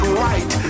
right